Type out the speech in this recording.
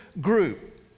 group